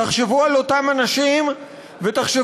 תחשבו על אותם אנשים ותחשבו,